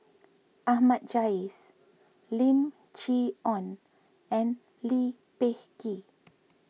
Ahmad Jais Lim Chee Onn and Lee Peh Gee